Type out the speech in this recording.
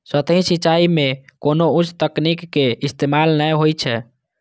सतही सिंचाइ मे कोनो उच्च तकनीक के इस्तेमाल नै होइ छै